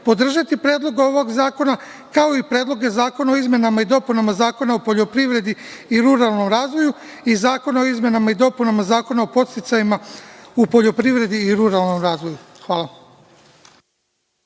podržati predlog ovog zakona, kao i Predlog zakona o izmenama i dopunama Zakona o poljoprivredi i ruralnom razvoju i Zakon o izmenama i dopuna Zakona o podsticajima u poljoprivredi i ruralnom razvoju. Hvala.